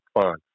fun